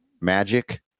magic